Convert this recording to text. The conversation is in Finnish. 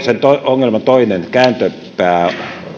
sen ongelman toinen kääntöpää